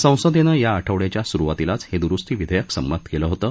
संसदेनं या आठवड्याच्या सुरुवातीलाच हे दुरुस्ती विधेयक संमत केलं होतं